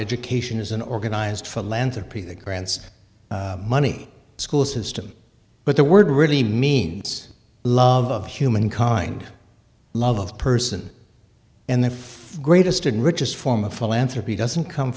education is an organized philanthropies it grants money school system but the word really means love of humankind love of person and the greatest and richest form of philanthrop